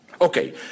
Okay